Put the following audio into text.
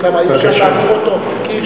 למה, כי אי-אפשר להעביר אותו בכנסת?